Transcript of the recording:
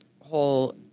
whole